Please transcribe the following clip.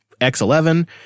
X11